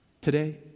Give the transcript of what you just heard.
Today